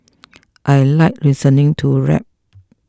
I like listening to rap